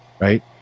right